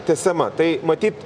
tęsiama tai matyt